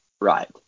Right